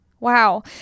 Wow